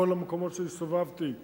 בכל המקומות שהסתובבתי בהם,